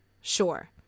Sure